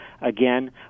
again